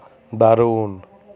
দারুণ